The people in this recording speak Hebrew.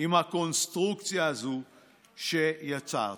עם הקונסטרוקציה הזאת שיצרתם.